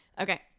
okay